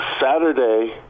Saturday